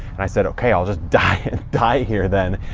and i said, okay, i'll just die, and die here then.